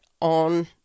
on